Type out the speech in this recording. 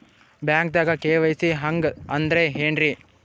ಬ್ಯಾಂಕ್ದಾಗ ಕೆ.ವೈ.ಸಿ ಹಂಗ್ ಅಂದ್ರೆ ಏನ್ರೀ?